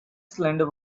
cylinder